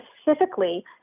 specifically